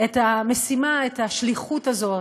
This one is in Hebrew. את המשימה, את השליחות הזאת,